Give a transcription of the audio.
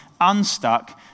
unstuck